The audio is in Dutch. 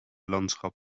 landschap